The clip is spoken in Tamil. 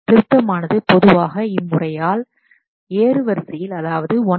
திருத்தமானது பொதுவாக இம்முறையால் ஏறுவரிசையில் அதாவது 1